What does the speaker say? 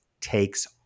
takes